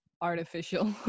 artificial